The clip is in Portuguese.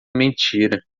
mentira